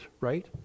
right